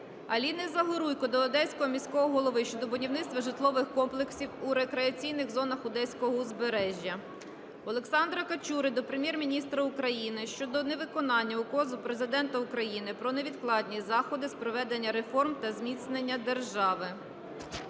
Аліни Загоруйко до Одеського міського голови щодо будівництва житлових комплексів у рекреаційних зонах одеського узбережжя. Олександра Качури до Прем'єр-міністра України щодо невиконання Указу Президента України "Про невідкладні заходи з проведення реформ та зміцнення держави".